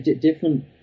different